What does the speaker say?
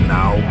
now